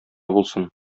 булсын